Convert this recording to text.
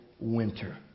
winter